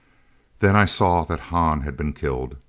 then i saw that hahn had been killed!